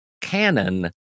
canon